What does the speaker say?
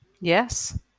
Yes